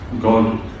God